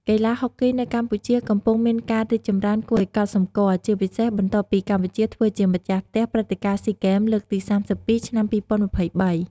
កីឡាហុកគីនៅកម្ពុជា កំពុងមានការរីកចម្រើនគួរឲ្យកត់សម្គាល់ ជាពិសេសបន្ទាប់ពីកម្ពុជាធ្វើជាម្ចាស់ផ្ទះព្រឹត្តិការណ៍ស៊ីហ្គេម លើកទី៣២ ឆ្នាំ២០២៣។